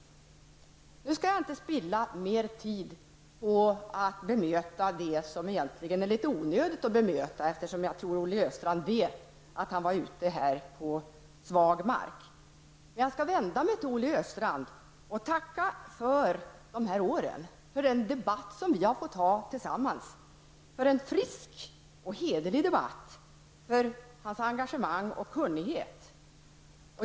Jag skall nu inte spilla mer tid på att bemöta det som egentligen är litet onödigt att bemöta, eftersom jag tror att Olle Östrand vet att han var ute på svag mark. Jag skall vända mig till Olle Östrand och tacka för de här åren och för den debatt som vi har fått ha tillsammans. Jag vill tacka för en frisk och hederlig debatt och för hans engagemang och kunnighet.